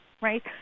right